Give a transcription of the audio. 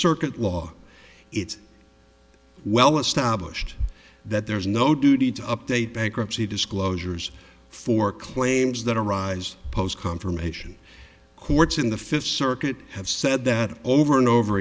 circuit law it's well established that there is no duty to update bankruptcy disclosures for claims that arise post confirmation courts in the fifth circuit have said that over and over